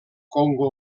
congo